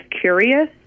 curious